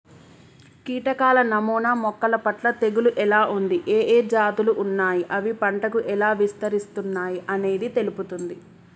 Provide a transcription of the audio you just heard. కీటకాల నమూనా మొక్కలపట్ల తెగులు ఎలా ఉంది, ఏఏ జాతులు ఉన్నాయి, అవి పంటకు ఎలా విస్తరిస్తున్నయి అనేది తెలుపుతుంది